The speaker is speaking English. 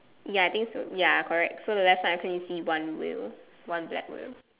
ya I think so ya correct so the left side I think you see one wheel one black wheel